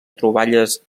troballes